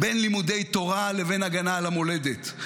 בין לימודי תורה לבין הגנה על המולדת.